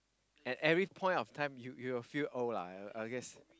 at every point of time you you will feel old lah I I guess